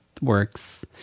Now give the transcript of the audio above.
works